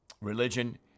religion